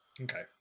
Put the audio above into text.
Okay